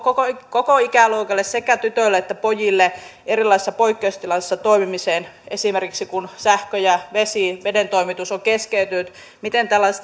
koko ikäluokalle sekä tytöille että pojille koulutusta erilaisissa poikkeustiloissa toimimiseen esimerkiksi kun sähkön ja veden toimitus on keskeytynyt siihen miten